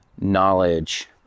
knowledge